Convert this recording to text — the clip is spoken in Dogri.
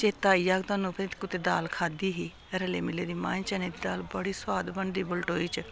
चेता आई जाह्ग तुहानू फिर कुतै दाल खाद्धी ही रले मिले दी माएं चने दी दाल बड़ी सुआद बनदी बलटोई च